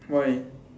why